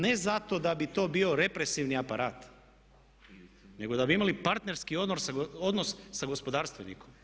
Ne zato da bi to bio represivni aparat nego da bi imali partnerski odnos sa gospodarstvenikom.